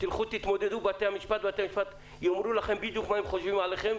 תתמודדו עם בתי המשפט והם יאמרו לכם בדיוק מה הם חושבים עליכם,